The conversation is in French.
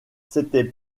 c’était